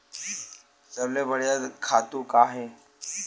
सबले बढ़िया खातु का हे?